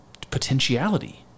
potentiality